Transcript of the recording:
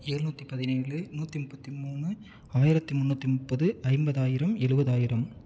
ஏழ்நூற்றி பதினேழு நூற்றி முப்பத்தி மூணு ஆயிரத்தி முந்நூற்றி முப்பது ஐம்பதாயிரம் எழுபதாயிரம்